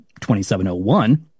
2701